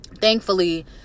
thankfully